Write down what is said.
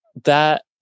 that-